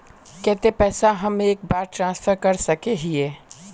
केते पैसा हम एक बार ट्रांसफर कर सके हीये?